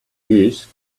use